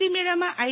ભરતી મેળામાં આઈ